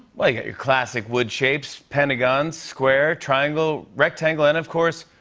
well, you got your classic wood shapes pentagon, square, triangle, rectangle. and, of course,